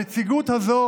הנציגות הזאת